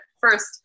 first